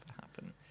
happen